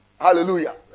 hallelujah